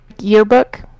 yearbook